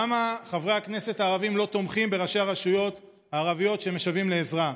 למה חברי הכנסת הערבים לא תומכים בראשי הרשויות הערביות שמשוועים לעזרה?